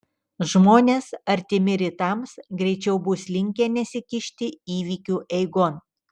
žmonės artimi rytams greičiau bus linkę nesikišti įvykių eigon